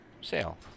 sale